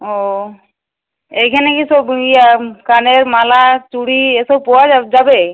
ও এইখানে কি সব ইয়া কানের মালা চুড়ি এসব পাওয়া যা যাবে